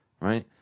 right